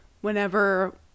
whenever